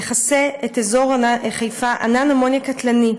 יכסה את אזור חיפה ענן אמוניה קטלני,